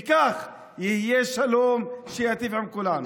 וכך יהיה שלום שייטיב עם כולנו.